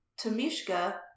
Tamishka